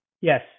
Yes